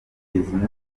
bizimana